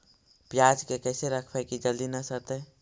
पयाज के कैसे रखबै कि जल्दी न सड़तै?